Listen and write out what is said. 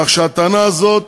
כך שהטענה הזאת